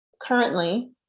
Currently